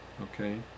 Okay